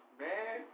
man